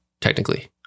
technically